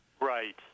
Right